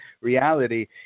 reality